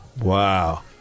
Wow